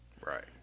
Right